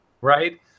right